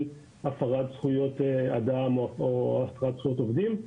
הפרת זכויות אדם או הפרת זכויות עובדים,